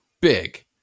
big